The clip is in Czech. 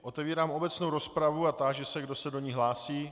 Otevírám obecnou rozpravu a táži se, kdo se do ní hlásí.